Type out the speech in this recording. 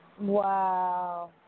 Wow